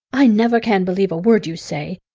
i never can believe a word you say!